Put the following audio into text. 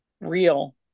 real